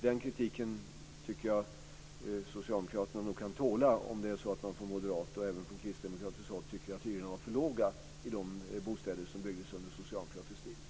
Den kritiken tycker jag socialdemokraterna nog kan tåla, om det är så att man från moderat och även från kristdemokratiskt håll tycker att hyrorna var för låga i de bostäder som byggdes under socialdemokratisk tid.